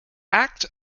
act